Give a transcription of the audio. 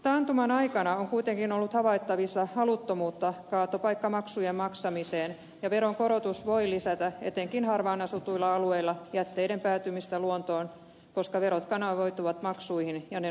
taantuman aikana on kuitenkin ollut havaittavissa haluttomuutta kaatopaikkamaksujen maksamiseen ja veronkorotus voi lisätä etenkin harvaanasutuilla alueilla jätteiden päätymistä luontoon koska verot kanavoituvat maksuihin ja ne nousevat